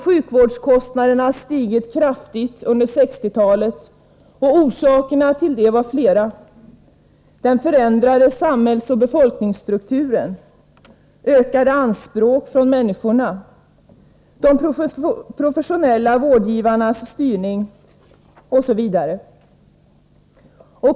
Sjukvårdskostnaderna hade stigit kraftigt under 1960-talet, och orsakerna till det var flera: den förändrade samhällsoch befolkningsstrukturen, ökade anspråk från människorna, de professionella vårdgivarnas styrning osv.